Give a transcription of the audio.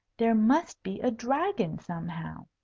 there must be a dragon somehow.